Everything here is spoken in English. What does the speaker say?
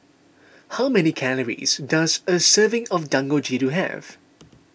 how many calories does a serving of Dangojiru have